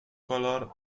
color